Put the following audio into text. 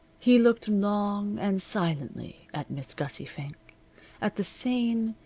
he looked long and silently at miss gussie fink at the sane,